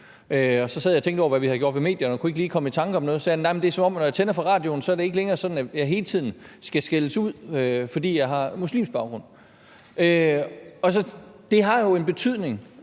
Så sad jeg og tænkte over, hvad vi havde gjort ved medierne, og kunne ikke lige komme i tanker om noget, men så sagde han: Det er, som om det, når jeg tænder for radioen, ikke længere er sådan, at jeg hele tiden skal skældes ud, fordi jeg har muslimsk baggrund. Det har jo en betydning,